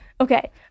Okay